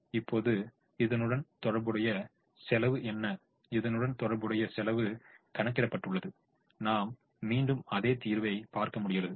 இப்போது இதனுடன் தொடர்புடைய செலவு என்ன இதனுடன் தொடர்புடைய செலவு கணக்கிடப்பட்டுள்ளது நாம் மீண்டும் அதே தீர்வைக் பார்க்க முடிகிறது